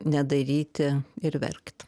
nedaryti ir verkt